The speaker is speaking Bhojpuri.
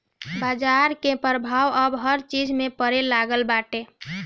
बाजार के प्रभाव अब हर चीज पे पड़े लागल बाटे